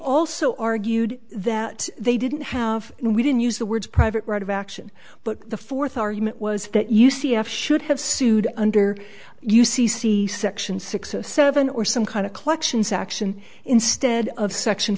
also argued that they didn't have we didn't use the words private right of action but the fourth argument was that you c f should have sued under u c c section six or seven or some kind of collections action instead of section